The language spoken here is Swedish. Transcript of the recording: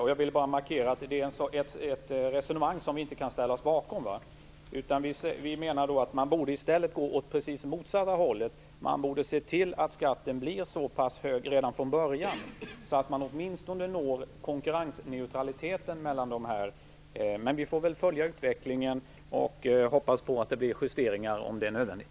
Herr talman! Just det, men jag vill bara markera att vi inte kan ställa oss bakom det resonemanget. Vi menar att man i stället borde gå åt det precis motsatta hållet. Man borde se till att skatten redan från början blir så pass hög att man åtminstone når konkurrensneutralitet. Men vi får väl följa utvecklingen och hoppas på att det blir justeringar om det är nödvändigt.